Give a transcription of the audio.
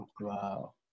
Wow